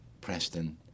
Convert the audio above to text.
Preston